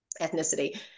ethnicity